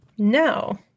No